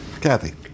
Kathy